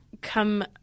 come